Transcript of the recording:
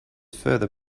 further